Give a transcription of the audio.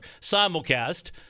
simulcast